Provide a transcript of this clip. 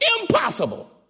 Impossible